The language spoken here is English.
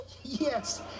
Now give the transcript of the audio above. Yes